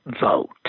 vote